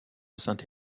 sainte